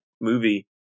movie